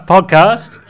Podcast